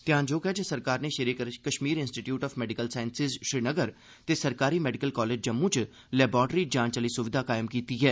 ध्यानजोग ऐ जे सरकार नै Sher-e Kashmir institute of medical sciences Srinagar ते सरकारी मैडिकल कालेज जम्मू च लैबारिटरी जांच दी सुविघा तैयार कीती ऐ